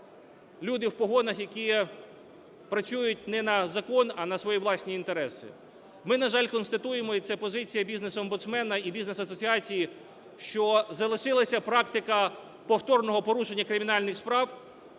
люди в погонах, які працюють не на закон, а на свої власні інтереси. Ми, на жаль, констатуємо, і це позиція бізнес-омбудсмена і бізнес-асоціації, що залишилася практика повторного порушення кримінальних справ,